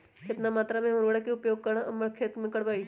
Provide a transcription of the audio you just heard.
कितना मात्रा में हम उर्वरक के उपयोग हमर खेत में करबई?